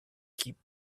keep